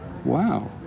Wow